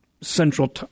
central